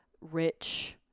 rich